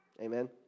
Amen